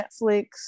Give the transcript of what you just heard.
netflix